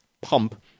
pump